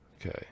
Okay